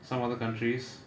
some other countries